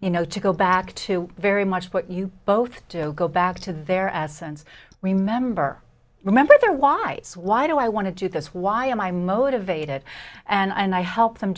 you know to go back to very much what you both do go back to their absence remember remember why why do i want to do this why am i motivated and i help them